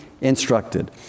Instructed